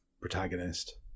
protagonist